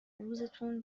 روزتون